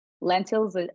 Lentils